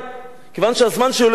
כיוון שהזמן שלי הולך ומתקצר,